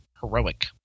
Heroic